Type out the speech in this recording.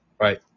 Right